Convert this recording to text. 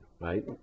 right